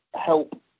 help